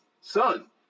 son